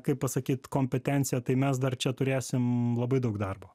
kaip pasakyt kompetencija tai mes dar čia turėsim labai daug darbo